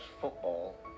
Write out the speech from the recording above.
football